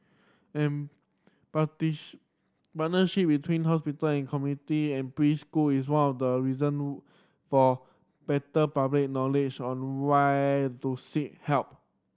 and parties partnership between hospital and community and preschool is one of the reason for better public knowledge on where to seek help